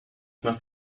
must